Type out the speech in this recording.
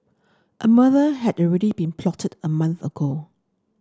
a murder had already been plotted a month ago